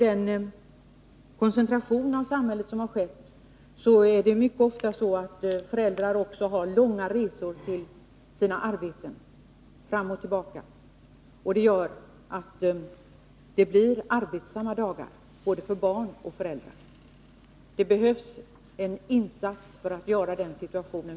Den koncentration av samhället som skett har dessutom medfört att föräldrar ofta har långa resor till och från sina arbeten. I många fall får därför både barn och föräldrar arbetsamma dagar. Det behövs en insats för att förbättra den situationen.